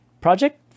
Project